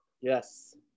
Yes